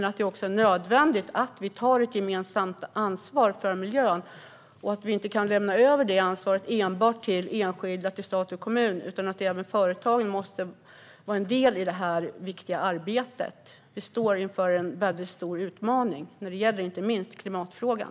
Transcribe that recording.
Jag tror också att det är nödvändigt att vi tar ett gemensamt ansvar för miljön och att vi inte kan lämna över det ansvaret enbart till enskilda, stat och kommun utan att även företagen måste vara en del i det här viktiga arbetet. Vi står inför en stor utmaning, inte minst när det gäller klimatfrågan.